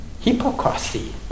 hypocrisy